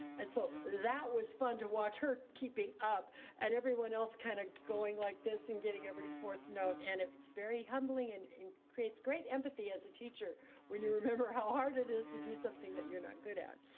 and so that was fun to watch her keeping up and everyone else kinda going like this and getting every fourth note. and it's very humbling and creates great empathy as a teacher when you remember how hard it is to do something that you're not good at.